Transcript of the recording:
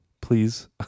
please